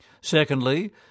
Secondly